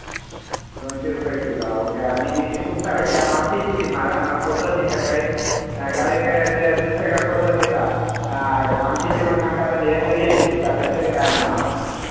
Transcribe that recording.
दोनशी रुपया किलो हां ओके आनी ती सुंगटा कशी आसा मानशेची ती मात हा आं नाल्यार फटोवन दिशात कायय ते नुस्तेकार फसोवन दितात मानशेची म्हणान सांगतात आनी दर्याची दितात तशें बी काय ना मां